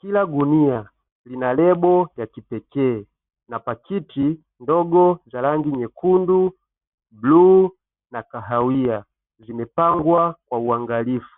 kila gunia lina lebo ya kipekee na pakiti ndogo za rangi nyekundu, bluu, na kahawia zimepnagwa kwa uangalifu.